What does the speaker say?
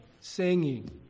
singing